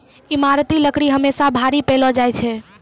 ईमारती लकड़ी हमेसा भारी पैलो जा छै